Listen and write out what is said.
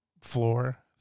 floor